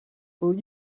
will